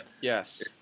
Yes